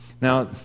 Now